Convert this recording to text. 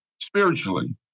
spiritually